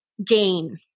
gain